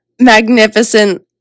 magnificent